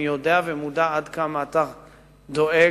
אני יודע עד כמה אתה דואג